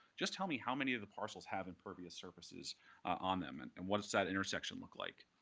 just tell me how many of the parcels have impervious surfaces on them, and and what does that intersection look like?